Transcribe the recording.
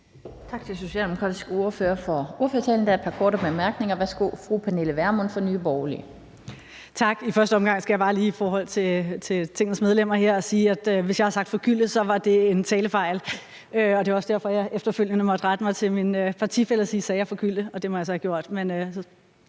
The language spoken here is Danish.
Tak. I første omgang skal jeg bare lige til Tingets medlemmer her sige, at hvis jeg har sagt forgylde, var det en talefejl, og det var også derfor, at jeg efterfølgende måtte spørge min partifælle: Sagde jeg forgylde? Og det må jeg altså have gjort,